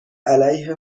علیه